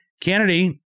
Kennedy